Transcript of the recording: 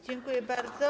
Dziękuję bardzo.